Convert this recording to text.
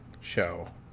show